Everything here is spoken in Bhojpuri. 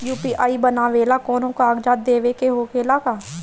यू.पी.आई बनावेला कौनो कागजात देवे के होखेला का?